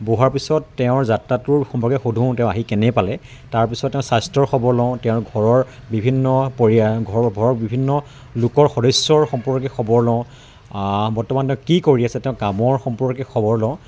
বহোৱাৰ পিছত তেওঁৰ যাত্ৰাটোৰ সম্পৰ্কে সোধোঁ তেওঁ আহি কেনে পালে তাৰপিছত তেওঁৰ স্বাস্থ্যৰ খবৰ লওঁ তেওঁৰ ঘৰৰ বিভিন্ন পৰিয়া ঘৰৰ বিভিন্ন লোকৰ সদস্যৰ সম্পৰ্কে খবৰ লওঁ বৰ্তমান তেওঁ কি কৰি আছে তেওঁৰ কামৰ সম্পৰ্কে খবৰ লওঁ